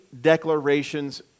declarations